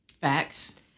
Facts